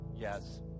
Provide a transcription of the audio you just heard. Yes